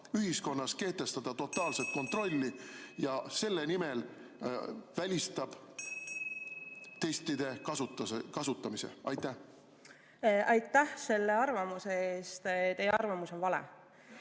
ühiskonnas kehtestada totaalset kontrolli ja selle nimel välistab testide kasutamise. Aitäh selle arvamuse eest! Teie arvamus on vale.